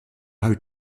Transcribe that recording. how